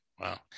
Wow